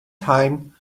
time